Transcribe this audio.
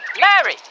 Mary